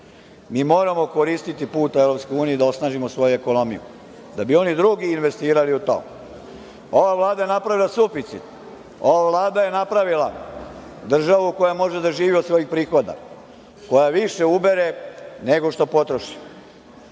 moramo koristiti put u EU da osnažimo svoju ekonomiju, da bi oni drugi investirali u to. Ova Vlada je napravila suficit, ova je Vlada napravila državu koja može da živi od svojih prihoda, koja više ubere nego što potroši.